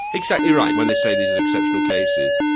exactly right. when they say these are exceptional cases,